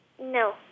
No